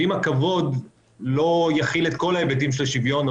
ואם הכבוד לא יכיל את כל ההיבטים של השוויון,